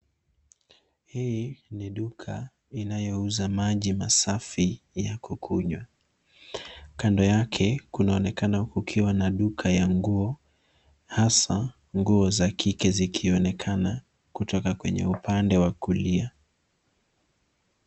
Hii ni duka inayouza maji masafi ya kukunywa. Kando yake kunaonekana kukiwa na duka ya nguo hasa nguo za kike zikionekana kutoka kwenye upande wa kulia.